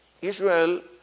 Israel